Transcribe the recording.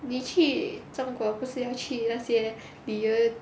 你去中国不是要去那些旅游